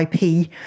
IP